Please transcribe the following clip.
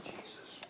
Jesus